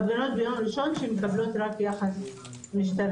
הפגנות ביום ראשון, שמקבלות רק יחס משטרתי.